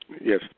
Yes